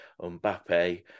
Mbappe